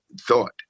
thought